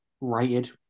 rated